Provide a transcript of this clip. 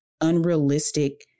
unrealistic